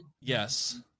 yes